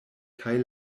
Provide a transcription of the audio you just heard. kaj